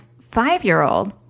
five-year-old